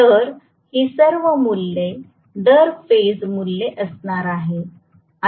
तरहि सर्व मूल्ये दर फेज मूल्ये असणार आहे